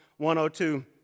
102